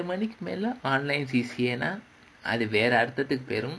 மணிக்கு மேல:manikku mela online C_C_A னா அது வேற அர்த்தத்துக்கு போய்டும்:naa adhu vera arthathukku poyidum